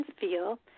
feel